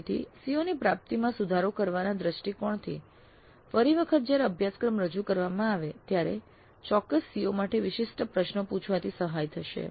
તેથી COs ની પ્રાપ્તિમાં સુધારો કરવાના દ્રષ્ટિકોણથી ફરી વખત જયારે અભ્યાસક્રમ રજૂ કરવામાં આવે ત્યારે ચોક્કસ COs માટે વિશિષ્ટ પ્રશ્નો પૂછવાથી સહાય થશે